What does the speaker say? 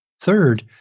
Third